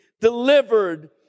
delivered